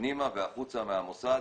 פנימה והחוצה מהמוסד,